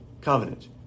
covenant